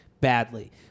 badly